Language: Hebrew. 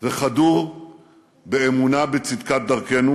וחדור באמונה בצדקת דרכנו.